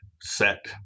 set